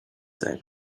sein